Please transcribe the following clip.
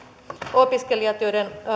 opiskelijat joiden